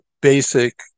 basic